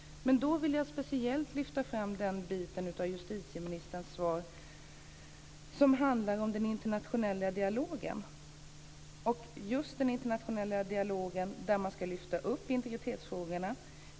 Jag vill speciellt lyfta fram den bit av justitieministerns svar som handlar om den internationella dialogen och just den dialog där man lyfter upp integritetsfrågorna.